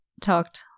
talked